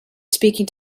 speaking